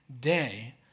day